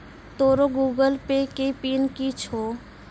तोरो Google Pay के pin कि छौं?